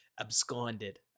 absconded